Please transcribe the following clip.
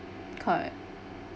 correct